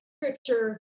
scripture